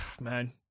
man